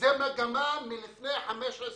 זו מגמה מלפני 15 שנים.